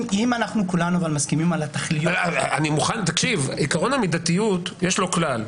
אם כולנו מסכימים על התכליות האלה --- לעיקרון המידתיות יש כלל.